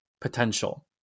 potential